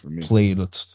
played